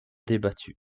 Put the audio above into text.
débattue